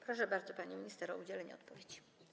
Proszę bardzo, pani minister, o udzielenie odpowiedzi.